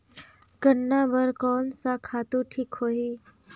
गन्ना बार कोन सा खातु ठीक होही?